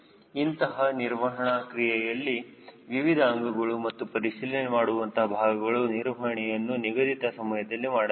ಇಂತಹ ನಿರ್ವಹಣೆ ಕ್ರಿಯೆಯಲ್ಲಿ ವಿವಿಧ ಅಂಗಗಳ ಮತ್ತು ಪರಿಶೀಲನೆ ಮಾಡುವಂತಹ ಭಾಗಗಳ ನಿರ್ವಹಣೆಯನ್ನು ನಿಗದಿತ ಸಮಯದಲ್ಲಿ ಮಾಡಬೇಕು